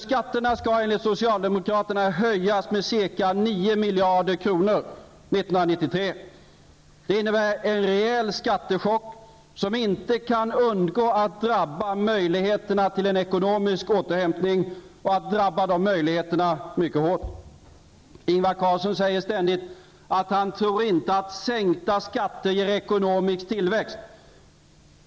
Skatterna skall enligt socialdemokraterna höjas med ca 9 miljarder kronor 1993. Det innebär en rejäl skattechock som inte kan undgå att drabba möjligheterna till ekonomisk återhämtning och drabba de möjligheterna mycket hårt. Ingvar Carlsson säger ständigt att han inte tror att sänkta skatter ger ekonomisk tillväxt.